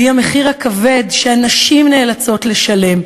והיא המחיר הכבד שהנשים נאלצות לשלם.